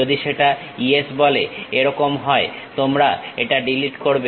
যদি সেটা ইয়েস বলে এরকম হয় তোমরা এটা ডিলিট করবে